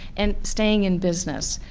and staying in business.